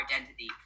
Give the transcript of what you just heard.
identity